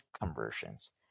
conversions